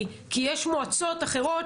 כי יש מועצות אחרות,